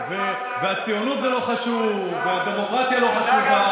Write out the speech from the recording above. והציונות זה לא חשוב והדמוקרטיה לא חשובה,